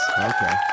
Okay